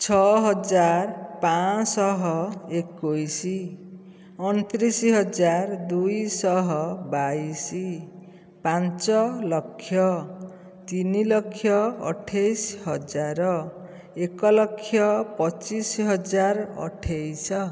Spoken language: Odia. ଛଅହଜାର ପାଞ୍ଚଶହ ଏକୋଇଶ ଅଣତିରିଶହଜାର ଦୁଇଶହ ବାଇଶ ପାଞ୍ଚଲକ୍ଷ ତିନିଲକ୍ଷ ଅଠେଇଶହଜାର ଏକଲକ୍ଷ ପଚିଶହଜାର ଅଠେଇଶହ